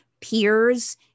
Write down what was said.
peers